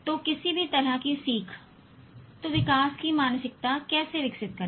तो किसी भी तरह की सीख तो विकास की मानसिकता कैसे विकसित करें